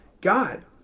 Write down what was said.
God